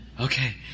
okay